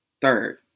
Third